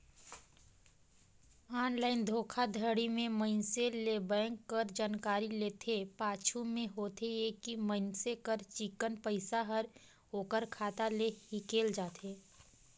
online धोखाघड़ी में मइनसे ले बेंक कर जानकारी लेथे, पाछू में होथे ए कि मइनसे कर चिक्कन पइसा हर ओकर खाता ले हिंकेल जाथे